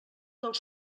dels